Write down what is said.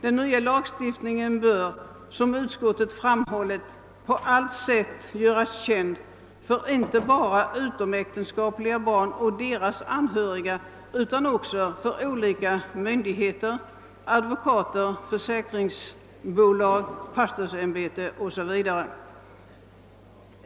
Den nya lagstiftningen bör, som utskottet framhållit, på allt sätt göras känd för inte bara utomäktenskapliga barn och deras anhöriga, utan också för olika myndigheter, advokater, försäkringsbolag, pastorsämbeten o.s.v.